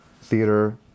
theater